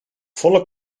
volle